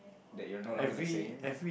that you are no longer the same